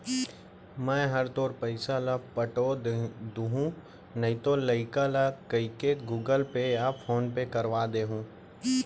मैं हर तोर पइसा ल पठो दुहूँ नइतो लइका ल कइके गूगल पे या फोन पे करवा दे हूँ